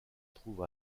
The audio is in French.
trouve